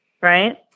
Right